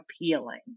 appealing